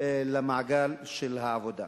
למעגל העבודה,